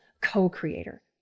co-creator